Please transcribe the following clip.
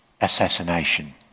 assassination